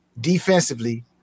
defensively